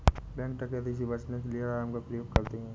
bank डकैती से बचने के लिए अलार्म का प्रयोग करते है